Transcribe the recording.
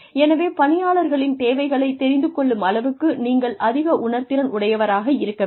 எனவே பணியாளர்களின் தேவைகளை தெரிந்து கொள்ளும் அளவுக்கு நீங்கள் அதிக உணர்திறன் உடையவராக இருக்க வேண்டும்